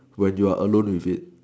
when you are alone with it